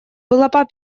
папиной